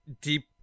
deep